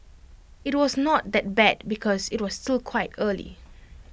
IT was not that bad because IT was still quite early